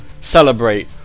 celebrate